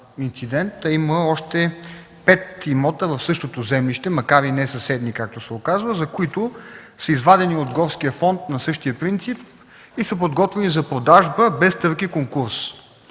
има още 5 имота в същото землище, макар и не съседни, както се оказва, които са извадени от горския фонд на същия принцип и са подготвени за продажба без търг и конкурс.